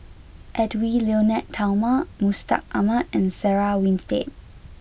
Edwy Lyonet Talma Mustaq Ahmad and Sarah Winstedt